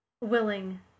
willing